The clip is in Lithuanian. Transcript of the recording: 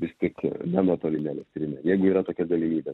vis tik nenuotolinę elektrinę jeigu yra tokia galimybė